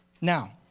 Now